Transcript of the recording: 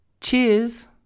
cheers